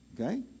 Okay